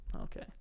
okay